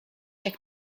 jak